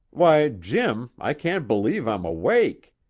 why, jim, i can't believe i'm awake!